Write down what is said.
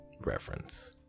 reference